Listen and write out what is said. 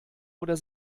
oder